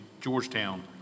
Georgetown